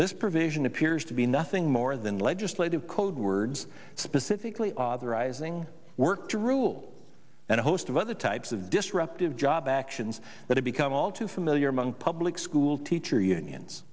this provision appears to be nothing more than legislative code words specifically authorizing work to rule and a host of other types of disruptive job actions that have become all too familiar among public school teacher unions